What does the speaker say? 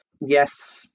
yes